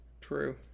True